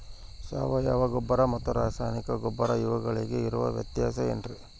ಸಾವಯವ ಗೊಬ್ಬರ ಮತ್ತು ರಾಸಾಯನಿಕ ಗೊಬ್ಬರ ಇವುಗಳಿಗೆ ಇರುವ ವ್ಯತ್ಯಾಸ ಏನ್ರಿ?